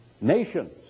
nations